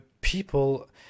people